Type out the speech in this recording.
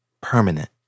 permanent